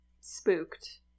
Spooked